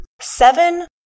seven